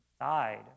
died